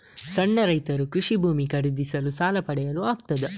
ಸಣ್ಣ ರೈತರು ಕೃಷಿ ಭೂಮಿ ಖರೀದಿಸಲು ಸಾಲ ಪಡೆಯಲು ಆಗ್ತದ?